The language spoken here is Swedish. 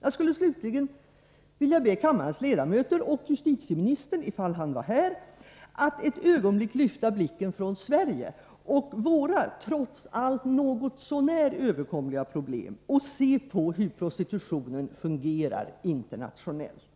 Jag skulle slutligen vilja be kammarens ledamöter och justitieministern, i fall han är här, att ett ögonblick lyfta blicken från Sverige och våra trots allt något så när överkomliga problem och se på hur prostitutionen fungerar internationellt.